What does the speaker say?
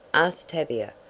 asked tavia,